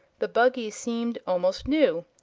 the buggy seemed almost new,